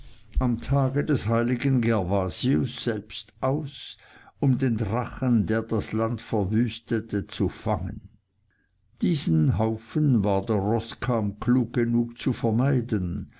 am tage des heiligen gervasius selbst aus um den drachen der das land verwüstete zu fangen diesen haufen war der roßkamm klug genug zu vermeiden